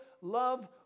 love